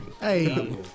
Hey